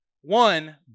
One